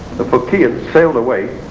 the phocaeans sailed away,